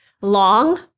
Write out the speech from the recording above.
long